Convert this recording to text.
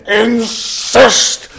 insist